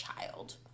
child